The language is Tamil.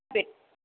சரி